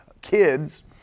kids